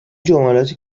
جملاتی